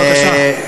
בבקשה.